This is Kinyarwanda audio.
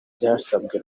byasabwe